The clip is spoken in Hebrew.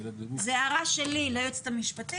זו הערה שלי ליועצת המשפטית,